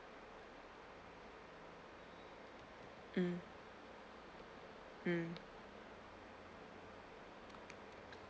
mm mm